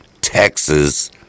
Texas